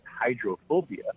hydrophobia